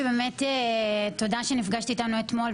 תודה שנפגשת איתנו אתמול.